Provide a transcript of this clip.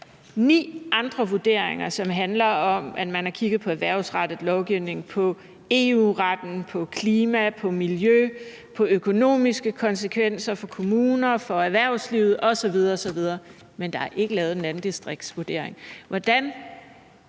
ni andre vurderinger! – som handler om, at man har kigget på erhvervsrettet lovgivning, på EU-retten, på klima, på miljø, på økonomiske konsekvenser for kommunerne og erhvervslivet osv. osv., men der er ikke lavet en landdistriktsvurdering.